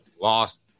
lost